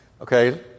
Okay